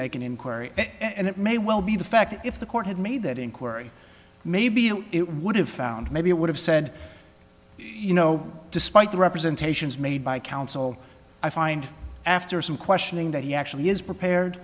make an inquiry and it may well be the fact if the court had made that inquiry maybe it would have found maybe it would have said you know despite the representation is made by counsel i find after some questioning that he actually is prepared